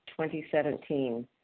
2017